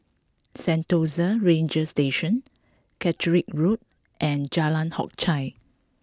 Sentosa Ranger Station Caterick Road and Jalan Hock Chye